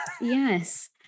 Yes